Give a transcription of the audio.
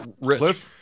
Rich